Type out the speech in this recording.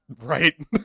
Right